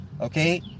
okay